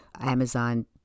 Amazon